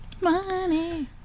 Money